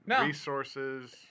resources